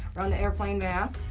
we're on the airplane ramp.